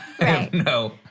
no